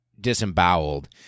disemboweled